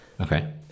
Okay